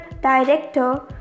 director